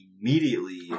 immediately